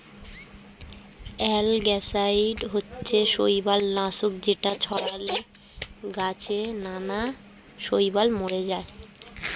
algicide হচ্ছে শৈবাল নাশক যেটা ছড়ালে গাছে নানা শৈবাল মরে যায়